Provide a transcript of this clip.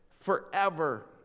forever